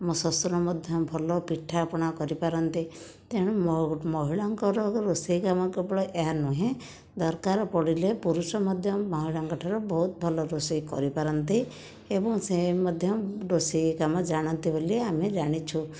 ମୋ ଶ୍ୱଶୁର ମଧ୍ୟ ଭଲ ପିଠାପଣା କରିପାରନ୍ତି ତେଣୁ ମହିଳାଙ୍କର ରୋଷେଇ କାମ କେବଳ ଏହା ନୁହେଁ ଦରକାର ପଡ଼ିଲେ ପୁରୁଷ ମଧ୍ୟ ମହିଳାଙ୍କ ଠାରୁ ବହୁତ ଭଲ ରୋଷେଇ କରିପାରନ୍ତି ଏବଂ ସେ ମଧ୍ୟ ରୋଷେଇ କାମ ଜାଣନ୍ତି ବୋଲି ଆମେ ଜାଣିଛୁ